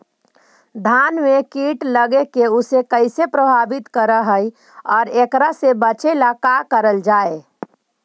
धान में कीट लगके उसे कैसे प्रभावित कर हई और एकरा से बचेला का करल जाए?